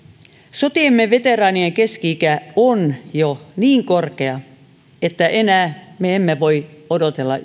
sotiemme veteraanien keski ikä on jo niin korkea että enää me emme voi odotella